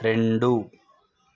రెండు